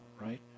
right